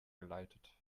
geleitet